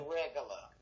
regular